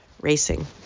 racing